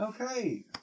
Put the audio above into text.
Okay